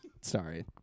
sorry